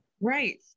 Right